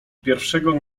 pierwszego